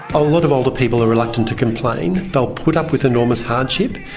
a lot of older people are reluctant to complain, they will put up with enormous hardship.